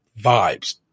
vibes